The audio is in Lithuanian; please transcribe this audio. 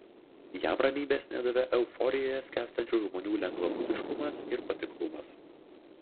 jam ramybės nedavė euforijoje skęstančių žmonių lengvabūdiškumas ir patiklumas